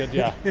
yeah,